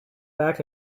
fact